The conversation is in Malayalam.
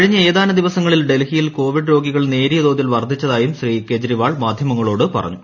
കഴിഞ്ഞ ഏതാനും ദിവസ്മങ്ങളിൽ ഡൽഹിയിൽ കോവിഡ് രോഗികൾ നേരിയ ത്തോതിൽ വർധിച്ചതായും ശ്രീ കേജ്രിവാൾ മാധ്യമങ്ങളോട് പറഞ്ഞു